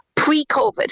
pre-COVID